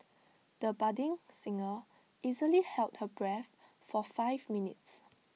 the budding singer easily held her breath for five minutes